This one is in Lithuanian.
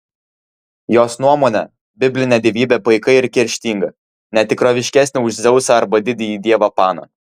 jos nuomone biblinė dievybė paika ir kerštinga ne tikroviškesnė už dzeusą arba didįjį dievą paną